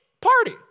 party